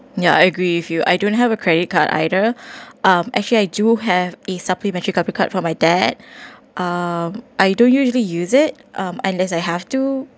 yeah I agree with you I don't have a credit card either um actually I do have a supplementary credit card from my dad um I don't usually use it um unless I have to